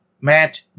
Matt